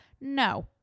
no